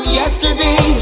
yesterday